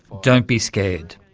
don't be scared'.